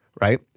right